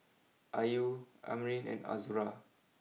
are you Amrin and Azura